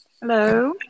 Hello